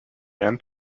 man